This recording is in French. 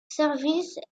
services